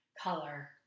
color